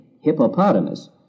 hippopotamus